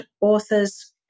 authors